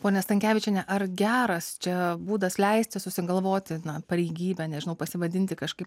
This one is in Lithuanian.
ponia stankevičienė ar geras čia būdas leisti susigalvoti na pareigybę nežinau pasivadinti kažkaip